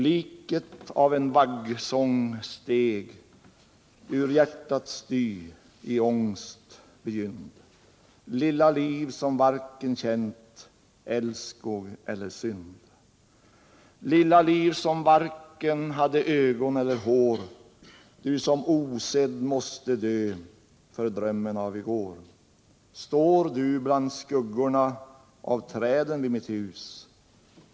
Liket av en vaggsång steg ur hjärtats dy, i ångest begynt, lilla liv som varken känt älskog eller synd! Står du bland skuggorna av träden vid mitt hus?